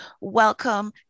welcome